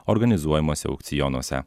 organizuojamuose aukcionuose